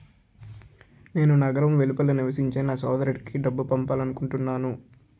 నేను నగరం వెలుపల నివసించే నా సోదరుడికి డబ్బు పంపాలనుకుంటున్నాను